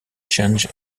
changed